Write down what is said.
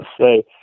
say